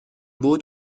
بود